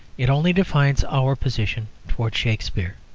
it only defines our position towards shakspere.